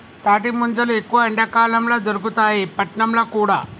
తాటి ముంజలు ఎక్కువ ఎండాకాలం ల దొరుకుతాయి పట్నంల కూడా